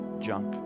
junk